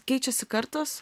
keičiasi kartos